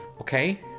okay